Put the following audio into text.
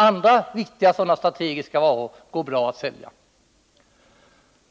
Andra sådana viktiga strategiska varor går det alltså bra att sälja